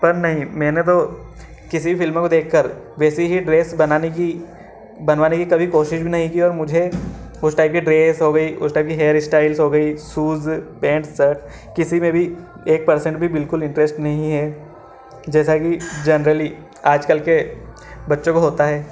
पर नहीं मैंने तो किसी भी फ़िल्मों को देखकर वैसी ही ड्रेस बनाने की बनवाने की कभी कोशिश भी नहीं की और मुझे उस टाइप की ड्रेस हो गई उस टाइप की हेयर इस्टाइल्ज़ हो गईं सूज़ पेंट सर्ट किसी में भी एक परसेंट भी बिल्कुल इंटरेस्ट नहीं है जैसा कि जनरली आजकल के बच्चों को होता है